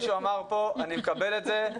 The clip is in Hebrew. אני מקבל את זה.